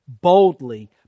boldly